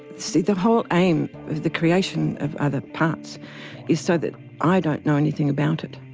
see, the whole aim of the creation of other parts is so that i don't know anything about it.